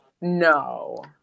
No